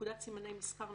פקודת סימני מסחר ,